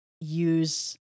use